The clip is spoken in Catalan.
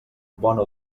bona